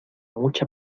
mucha